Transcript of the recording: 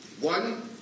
One